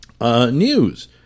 news